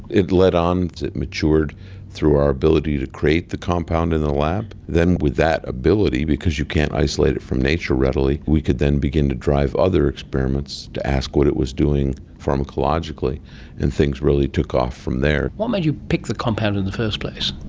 it led on, it matured through our ability to create the compound in the lab. then with that ability, because you can't isolate it from nature readily, we could then begin to drive other experiments to ask what it was doing pharmacologically and things really took off from there. what made you pick the compound in the first place?